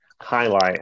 highlight